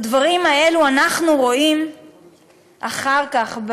את הדברים האלה אנחנו רואים אחר כך,